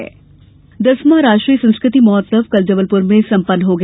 संस्कृति महोत्सव दसवां राष्ट्रीय संस्कृति महोत्सव कल जबलपूर में सम्पन्न हो गया